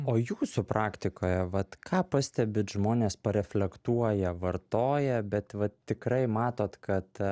o jūsų praktikoje vat ką pastebit žmonės pareflektuoja vartoję bet vat tikrai matot kad